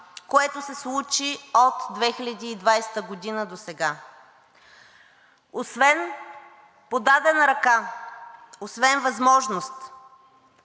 което се случи от 2020 г. досега. Освен подадена ръка, освен възможност